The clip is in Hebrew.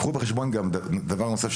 קחו בחשבון דבר נוסף,